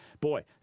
boy